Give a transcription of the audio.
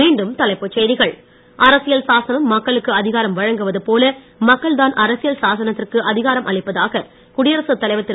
மீண்டும் தலைப்புச் செய்திகள் அரசியல் சாசனம் மக்களுக்கு அதிகாரம் வழங்குவது போல மக்கள்தான் அரசியல் சாசனத்திற்கு அதிகாரம் அளிப்பதாக குடியரசுத் தலைவர் திரு